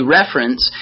reference